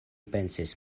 pensis